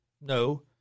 No